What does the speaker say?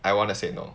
I want to say no